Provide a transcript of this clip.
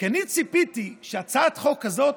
כי אני ציפיתי שהצעת חוק כזאת,